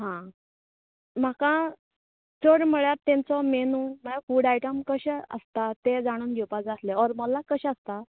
हां म्हाका चड म्हळ्यार तेंचो मेनू म्हळ्यार फूड आयटम कशें आसता तें जाणून घेवपा जाय आसलें हरमलाक कशें आसता